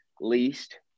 least –